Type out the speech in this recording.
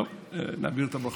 טוב, נעביר את הברכות.